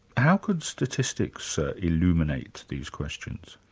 how could statistics illuminate these questions?